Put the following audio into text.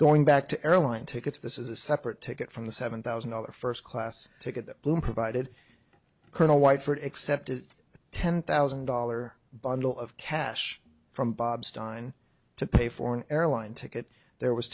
back to airline tickets this is a separate ticket from the seven thousand dollars first class ticket that bloom provided colonel white for except a ten thousand dollar bundle of cash from bob stein to pay for an airline ticket there was